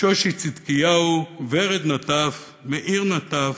שושי צדקיהו, ורד נטף, מאיר נטף,